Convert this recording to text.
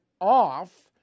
off